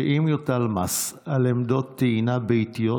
שאם יוטל מס על עמדות טעינה ביתיות,